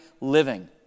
living